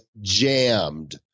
jammed